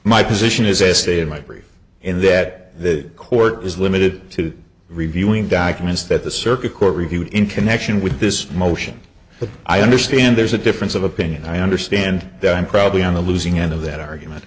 my position is as stated my brief in that the court is limited to reviewing documents that the circuit court reviewed in connection with this motion but i understand there's a difference of opinion i understand that i'm probably on the losing end of that argument